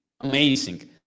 amazing